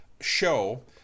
show